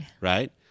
right